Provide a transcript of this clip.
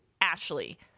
Ashley